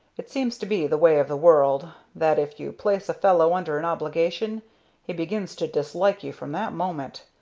it seems to be the way of the world, that if you place a fellow under an obligation he begins to dislike you from that moment.